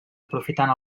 aprofitant